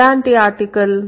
ఎలాంటి ఆర్టికల్